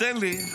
תן לי.